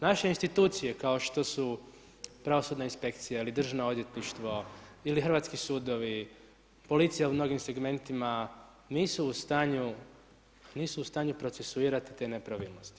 Naše institucije kao što su Pravosudna inspekcija ili Državno odvjetništvo ili hrvatski sudovi, policija u mnogim segmentima nisu u stanju procesuirati te nepravilnosti.